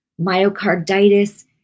myocarditis